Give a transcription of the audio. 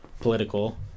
political